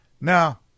now